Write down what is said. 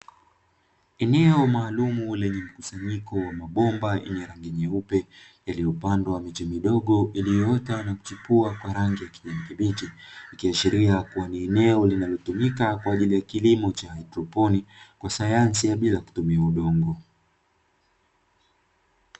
Eneo maalumu lenye mkusanyiko wa mabomba yenye rangi nyeupe yaliyopandwa miche midogo iliyoota na kuchipua kwa rangi ya kijani kibichi. ikiashiria kuwa ni eneo linalotumika kwa ajili ya kilimo cha haidroponi kwa sayansi ya bila kutumia udongo.